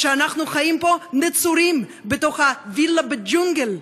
שאנחנו חיים פה נצורים בתוך ה"וילה בג'ונגל",